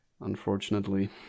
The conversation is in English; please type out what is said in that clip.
unfortunately